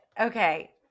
okay